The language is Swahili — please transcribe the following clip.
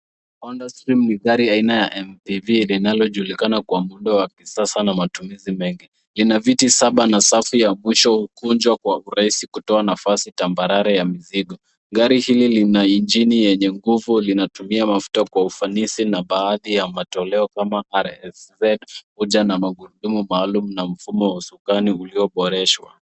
Honda Stream ni gari aina ya MVV linalojulikana kwa muundo wa kisasa na matumizi mengi. Ina viti saba na safu ya mwisho hukunjwa kwa urahisi kutoa nafasi tambarare ya mizigo. Gari hili lina injini yenye nguvu linatumia mafuta kwa ufanisi na baadhi ya matoleo kama huja na magurudumu maalum na mfumo wa usukani ulioboreshwa.